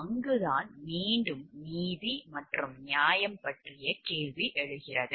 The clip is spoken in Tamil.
அங்குதான் மீண்டும் நீதி மற்றும் நியாயம் பற்றிய கேள்வி எழுகிறது